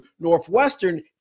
Northwestern